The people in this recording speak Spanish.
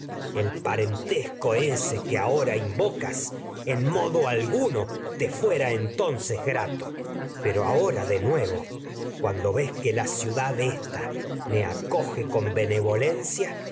el te parentesco que ahora invocas ahora modo alguno fuera que entonces grato pero de nuevo cuando y ves la ciudad ésta su me acoge con